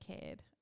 cared